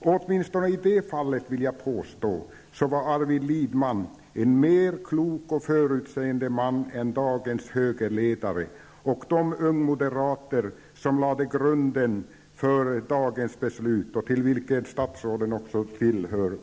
Åtminstone i det fallet, vill jag påstå, var Arvid Lindman en mer klok och förutseende man än dagens högerledare och de ungmoderater som för 15 år sedan lade grunden för dagens beslut, till vilka statsrådet hör.